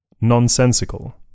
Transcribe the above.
nonsensical